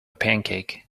pancake